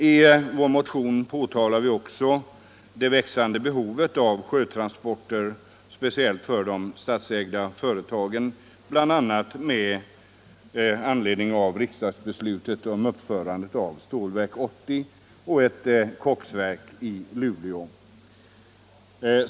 I motionen påpekar vi också det växande behovet av sjötransporter för de statsägda företagen, bl.a. på grund av riksdagsbeslutet om uppförandet av Stålverk 80 och ett koksverk i Luleå.